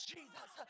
Jesus